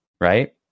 right